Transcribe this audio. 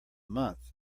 month